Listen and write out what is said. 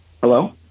Hello